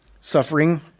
Suffering